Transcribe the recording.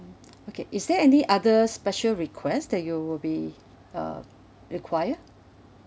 okay is there any other special request that you will be uh require